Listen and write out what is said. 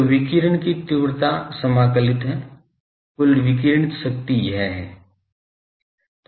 तो विकिरण की तीव्रता समाकलित है कुल विकिरणित शक्ति यह है